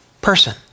person